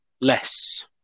less